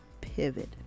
pivot